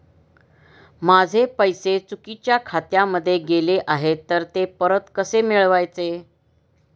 माझे पैसे चुकीच्या खात्यामध्ये गेले आहेत तर ते परत कसे मिळवायचे?